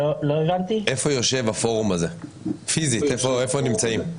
איפה יושב הפורום הזה פיזית, איפה הם נמצאים?